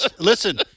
Listen